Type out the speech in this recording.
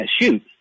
shoot